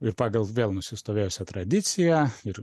ir pagal vėl nusistovėjusią tradiciją ir